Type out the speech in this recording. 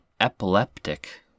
epileptic